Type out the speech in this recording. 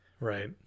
right